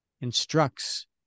instructs